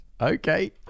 Okay